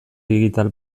digital